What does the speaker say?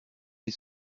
les